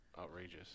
outrageous